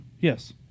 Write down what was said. Yes